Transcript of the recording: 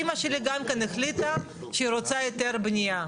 ואמא שלי גם כן החליטה שהיא רוצה היתר בנייה.